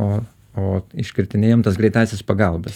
o o iškirtinėjam tas greitąsias pagalbas